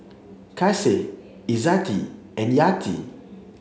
Kasih Izzati and Yati